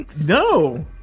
No